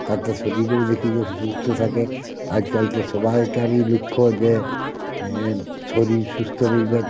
তাতে শরীরও যে কী যে সুস্থ থাকে আজকাল তো সবাইকারই লক্ষ্য যে হ্যাঁ শরীর সুস্থ রইবেক